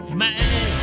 man